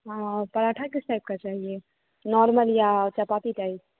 हाँ और पराठा किस टाइप का चाहिए नॉर्मल या चपाती टाइप